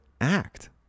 act